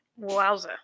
Wowza